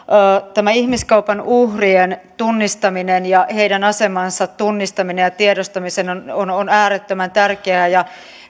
ihmiskaupan uhrien tunnistaminen ja heidän asemansa tunnistaminen ja tiedostaminen on on äärettömän tärkeää ja